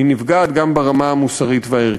היא נפגעת גם ברמה המוסרית והערכית.